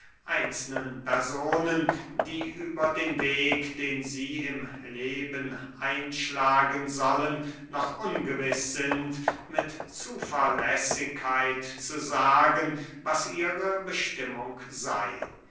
einzelnen personen die über den weg den sie im leben einschlagen sollen noch ungewiß sind mit zuverlässigkeit zu sagen was ihre bestimmung sey